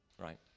Right